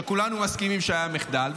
שכולנו מסכימים שהיה מחדל,